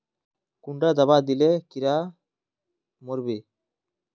कुंडा दाबा दिले कीड़ा मोर बे?